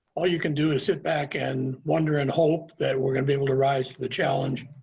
all you can do is sit back and wonder and hope that we're going to be able to rise to the challenge.